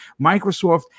microsoft